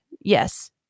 yes